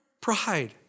Pride